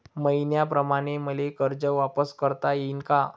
मईन्याप्रमाणं मले कर्ज वापिस करता येईन का?